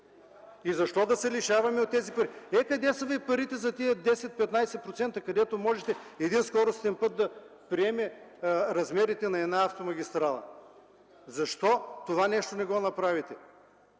Защо да се лишаваме от тези пари? Ето къде са Ви парите за тези 10-15%, където можете един скоростен път да приеме размерите на една автомагистрала. Защо не направите